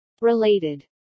Related